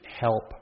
help